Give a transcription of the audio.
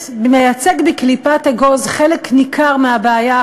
מייצג בקליפת אגוז חלק ניכר מהבעיה,